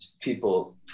People